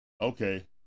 okay